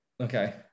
Okay